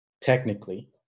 technically